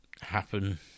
happen